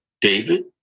David